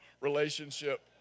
relationship